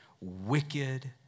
wicked